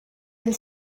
and